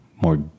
more